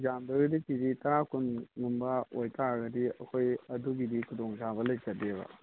ꯌꯥꯝꯗ꯭ꯔꯒꯗꯤ K G ꯇꯔꯥ ꯀꯨꯟꯒꯨꯝꯕ ꯑꯣꯏꯇꯔꯒꯗꯤ ꯑꯩꯈꯣꯏ ꯑꯗꯨꯒꯤꯗꯤ ꯈꯨꯗꯣꯡ ꯆꯥꯕ ꯂꯩꯖꯗꯦꯕ